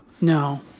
No